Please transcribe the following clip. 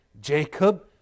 Jacob